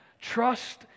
Trust